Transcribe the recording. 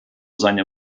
seine